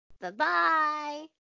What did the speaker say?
Bye-bye